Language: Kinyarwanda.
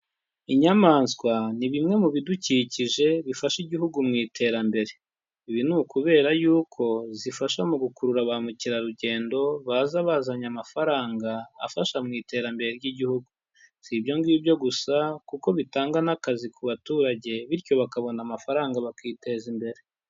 Inyamaswa ni bimwe mu bidukikije bifasha igihugu mu iterambere, ibi ni ukubera yuko zifasha mu gukurura ba mukerarugendo baza bazanye amafaranga afasha mu iterambere ry'igihugu, si ibyo ngibyo gusa kuko bitanga n'akazi ku baturage, bityo bakabona amafaranga bakiteza imbere.